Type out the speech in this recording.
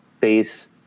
face